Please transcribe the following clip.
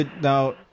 now